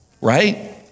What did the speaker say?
Right